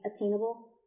attainable